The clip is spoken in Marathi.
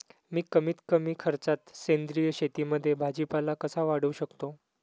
मी कमीत कमी खर्चात सेंद्रिय शेतीमध्ये भाजीपाला कसा वाढवू शकतो?